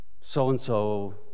So-and-so